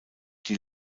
die